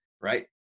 right